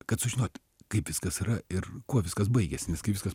kad sužinoti kaip viskas yra ir kuo viskas baigiasi nes kai viskas